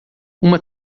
uma